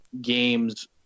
games